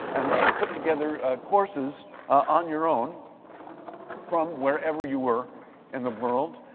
and and put together courses on your own from wherever you were in the world.